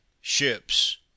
ships